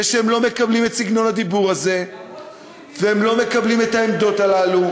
ושהם לא מקבלים את סגנון הדיבור הזה והם לא מקבלים את העמדות הללו,